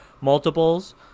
multiples